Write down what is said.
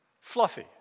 fluffy